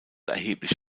erheblich